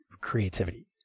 creativity